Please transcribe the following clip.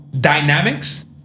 dynamics